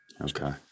Okay